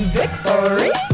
victory